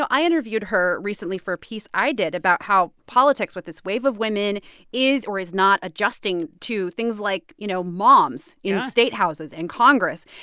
ah i interviewed her recently for a piece i did about how politics with this wave of women is or is not adjusting to things like, you know, moms in statehouses and congress.